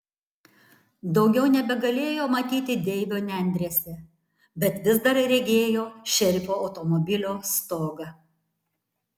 daugiau nebegalėjo matyti deivio nendrėse bet vis dar regėjo šerifo automobilio stogą